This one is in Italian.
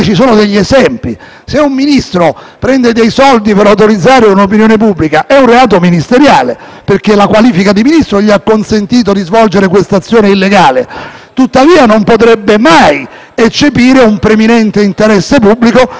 perché è la qualifica di Ministro che gli ha consentito di svolgere quell'azione illegale ma non potrebbe mai eccepire un preminente interesse pubblico, che non potrebbe mai esistere di fronte all'appropriarsi di soldi per interessi illeciti privati.